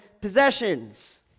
possessions